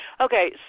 Okay